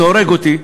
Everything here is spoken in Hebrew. זה הורג אותי,